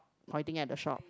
pointing at the shop